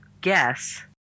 guess